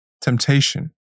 temptation